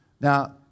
Now